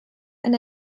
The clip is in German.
ein